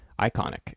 iconic